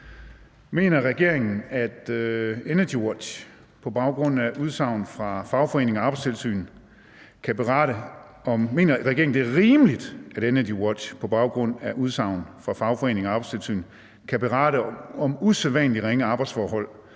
rimeligt, at mediet EnergiWatch på baggrund af udsagn fra fagforening og Arbejdstilsyn kan berette om usædvanlig ringe arbejdsforhold